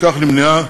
בכך נמנעה